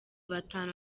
batanu